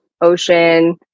ocean